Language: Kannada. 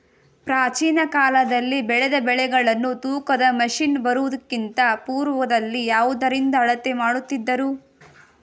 ಪ್ರಾಚೀನ ಕಾಲದಲ್ಲಿ ಬೆಳೆದ ಬೆಳೆಗಳನ್ನು ತೂಕದ ಮಷಿನ್ ಬರುವುದಕ್ಕಿಂತ ಪೂರ್ವದಲ್ಲಿ ಯಾವುದರಿಂದ ಅಳತೆ ಮಾಡುತ್ತಿದ್ದರು?